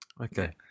Okay